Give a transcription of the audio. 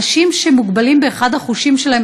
אנשים שמוגבלים באחד החושים שלהם,